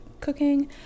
cooking